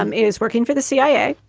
um is working for the cia.